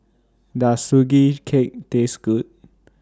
Does Sugee Cake Taste Good